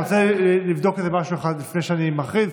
אני רוצה לבדוק משהו לפני שאני מכריז.